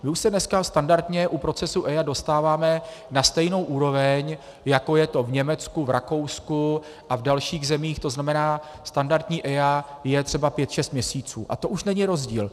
My už se dnes standardně u procesů EIA dostáváme na stejnou úroveň, jako je to v Německu, v Rakousku a v dalších zemích, to znamená standardní EIA je třeba pět šest měsíců a to už není rozdíl.